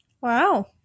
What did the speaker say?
Wow